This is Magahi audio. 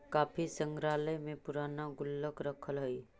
काफी संग्रहालय में पूराना गुल्लक रखल हइ